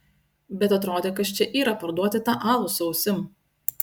bet atrodė kas čia yra parduoti tą alų su ausim